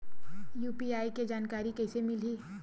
UPI के जानकारी कइसे मिलही?